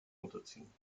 unterziehen